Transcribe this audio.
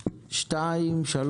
באשכולות 2, 3,